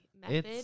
method